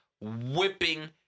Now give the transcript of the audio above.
whipping